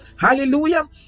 Hallelujah